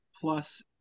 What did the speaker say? plus